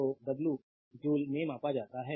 तो w joule में मापा जाता है